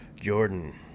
Jordan